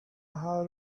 how